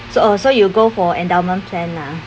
so so you go for endowment plan lah